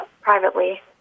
privately